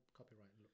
copyright